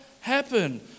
happen